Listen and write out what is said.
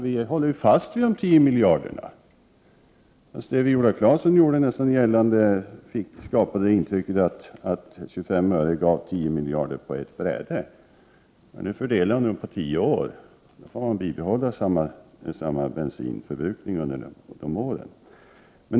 Vi håller ju fast vid övenskommelsen om dessa. Men om man = Prot. 1988/89:106 lyssnar på Viola Claesson, kan man tro att 25 öre ger 10 miljarder på ett enda 28 april 1989 bräde. Här skall det ju vara en fördelning under en tioårsperiod — med oförändrad bensinförbrukning under de åren.